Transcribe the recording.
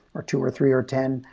or two, or three, or ten,